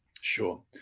Sure